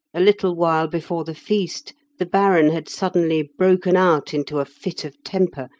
a little while before the feast the baron had suddenly broken out into a fit of temper,